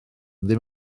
ddim